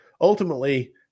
ultimately